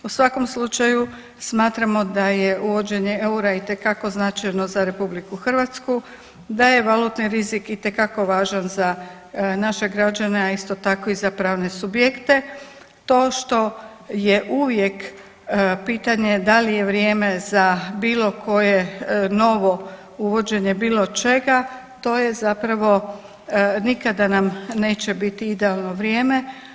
U svakom slučaju, smatramo da je uvođenje eura itekako značajno za RH, da je valutni rizik itekako važan za naše građane, a isto tako i za pravne subjekte, to što je uvijek pitanje da li je vrijeme za bilo koje novo uvođenje bilo čega, to je zapravo nikada nam neće biti idealno vrijeme.